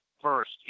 first